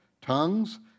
tongues